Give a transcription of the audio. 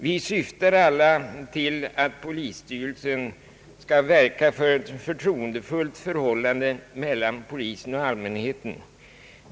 Vi syftar alla till att polisstyrelsen skall verka för ett förtroendefullt förhållande mellan polisen och allmänheten.